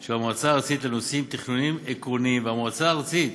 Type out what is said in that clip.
של המועצה הארצית לנושאים תכנוניים עקרוניים והמועצה הארצית